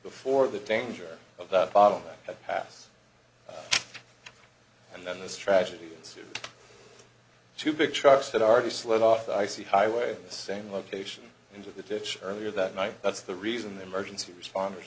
before the danger of that bottom had passed and then this tragedy it's too big trucks that are the slid off the icy highway the same location into the ditch earlier that night that's the reason the emergency responders